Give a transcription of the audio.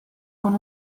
con